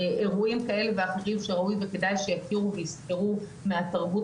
אירועים כאלו ואחרים שראוי וכדאי שיכירו ויזכרו מהתרבות